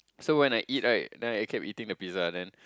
so when I eat right then I can't eating the pizza then